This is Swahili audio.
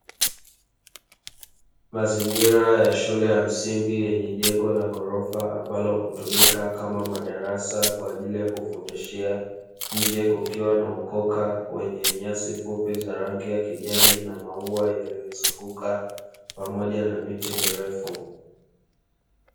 Mazingira ya shule ya msingi yenye jengo la ghorofa, ambalo hutumika kama madarasa kwa ajili ya kufundishia; nje kukiwa na ukoka wenye nyasi fupi za rangi ya kijani na maua yaliyoizunguka pamoja na miti mirefu.